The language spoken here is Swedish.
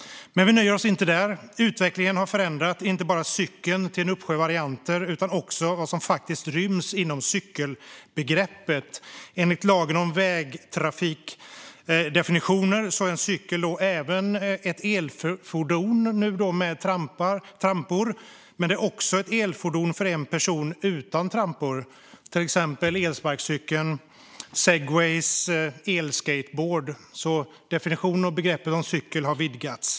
Men vi nöjer oss inte där. Utvecklingen har förändrat inte bara cykeln till en uppsjö varianter utan också vad som faktiskt ryms inom cykelbegreppet. Enligt lagen om vägtrafikdefinitioner är en cykel även ett elfordon med trampor men också ett elfordon för en person utan trampor, till exempel elsparkcykel, Segway och elskateboard. Definitionen av en cykel har alltså vidgats.